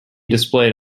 displayed